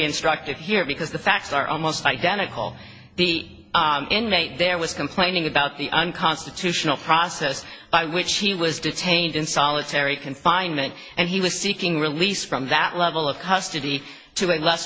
instructive here because the facts are almost identical the inmate there was complaining about the unconstitutional process by which he was detained in solitary confinement and he was seeking release from that level of custody to a less